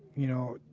you know,